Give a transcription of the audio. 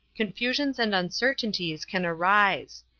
confusions and uncertainties can arise.